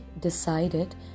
decided